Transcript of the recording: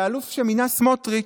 והאלוף שמינה סמוטריץ'